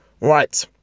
Right